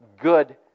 good